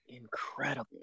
Incredible